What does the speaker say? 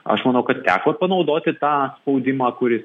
aš manau kad teko ir panaudoti tą spaudimą kuris